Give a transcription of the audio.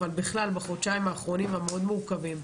אבל בכלל בחודשיים האחרונים שהיו מאוד מורכבים.